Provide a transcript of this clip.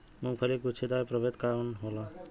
मूँगफली के गुछेदार प्रभेद कौन होला?